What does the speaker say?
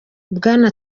bwana